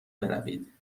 بروید